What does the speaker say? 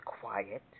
quiet